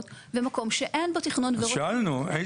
במקום שאין בו תכנון --- אז שאלנו,